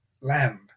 land